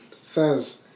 says